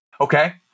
Okay